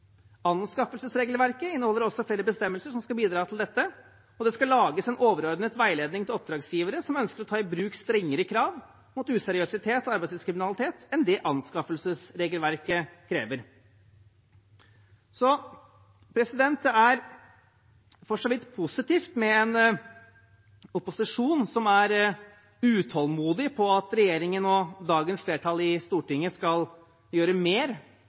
Anskaffelsesregelverket inneholder også flere bestemmelser som skal bidra til dette, og det skal lages en overordnet veiledning til oppdragsgivere som ønsker å ta i bruk strengere krav mot useriøsitet og arbeidslivskriminalitet enn det anskaffelsesregelverket krever. Det er for så vidt positivt med en opposisjon som er utålmodig etter at regjeringen og dagens flertall i Stortinget skal gjøre mer